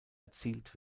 erzielt